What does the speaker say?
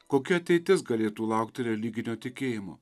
kokia ateitis galėtų laukti religinio tikėjimo